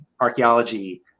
archaeology